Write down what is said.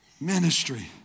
Ministry